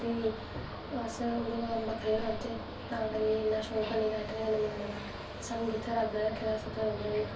मतलव सखांदे ऐं कि तुसें कियां कम्म करनां मतलव पैह्लैं होंदा पैह्लैं लोग अखबारे पर सखांदे हे